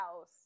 house